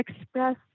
express